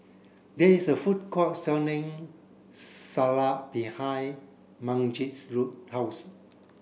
there is a food court selling Salsa behind Magen's house